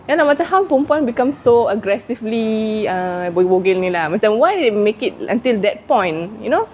you know macam how perempuan become so aggressively err berbogel ni ah why they make it until that point you know